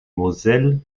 moselle